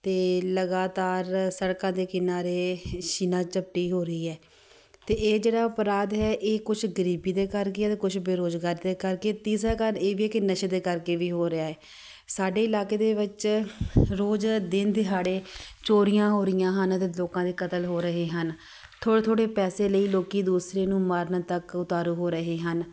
ਅਤੇ ਲਗਾਤਾਰ ਸੜਕਾਂ ਦੇ ਕਿਨਾਰੇ ਛੀਨਾ ਝਪਟੀ ਹੋ ਰਹੀ ਹੈ ਅਤੇ ਇਹ ਜਿਹੜਾ ਅਪਰਾਧ ਹੈ ਇਹ ਕੁਛ ਗਰੀਬੀ ਦੇ ਕਰਕੇ ਅਤੇ ਕੁਛ ਬੇਰੋਜ਼ਗਾਰ ਦੇ ਕਰਕੇ ਤੀਸਰਾ ਕਾਰਨ ਇਹ ਵੀ ਕਿ ਨਸ਼ੇ ਦੇ ਕਰਕੇ ਵੀ ਹੋ ਰਿਹਾ ਹੈ ਸਾਡੇ ਇਲਾਕੇ ਦੇ ਵਿੱਚ ਰੋਜ਼ ਦਿਨ ਦਿਹਾੜੇ ਚੋਰੀਆਂ ਹੋ ਰਹੀਆਂ ਹਨ ਅਤੇ ਲੋਕਾਂ ਦੇ ਕਤਲ ਹੋ ਰਹੇ ਹਨ ਥੋੜ੍ਹੇ ਥੋੜ੍ਹੇ ਪੈਸੇ ਲਈ ਲੋਕ ਦੂਸਰੇ ਨੂੰ ਮਾਰਨ ਤੱਕ ਉਤਾਰੂ ਹੋ ਰਹੇ ਹਨ